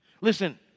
Listen